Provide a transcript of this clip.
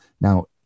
Now